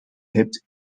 hebt